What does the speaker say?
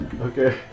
Okay